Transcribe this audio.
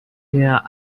der